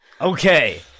Okay